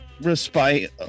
respite